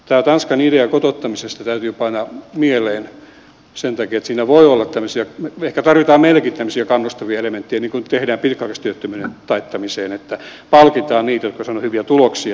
tämä tanskan idea kotouttamisesta täytyy painaa mieleen sen takia että ehkä meilläkin tarvitaan tämmöisiä kannustavia elementtejä niin kuin tehdään pitkäaikaistyöttömyyden taittamiseen että palkitaan niitä jotka ovat saaneet hyviä tuloksia tämmöisillä bonuksilla